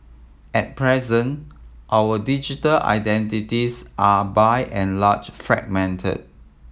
at present our digital identities are by and large fragmented